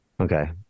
Okay